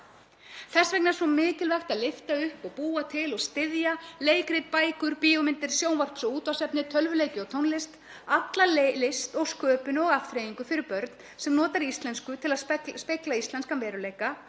Þess vegna er svo mikilvægt að lyfta upp og búa til og styðja leikrit, bækur, bíómyndir, sjónvarps- og útvarpsefni, tölvuleiki og tónlist, alla list og sköpun og afþreyingu fyrir börn sem notar íslensku til að spegla íslenskan veruleika